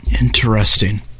interesting